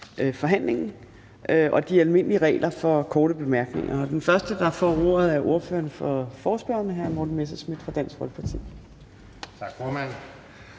forhandlingen, og de almindelige regler for korte bemærkninger gælder. Den første, der får ordet, er ordføreren for forespørgerne, hr. Morten Messerschmidt fra Dansk Folkeparti.